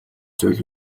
зүйл